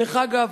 דרך אגב,